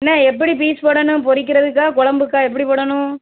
அண்ணே எப்படி பீஸ் போடணும் பொரிக்கிறதுக்கா கொழம்புக்கா எப்படி போடணும்